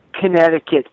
Connecticut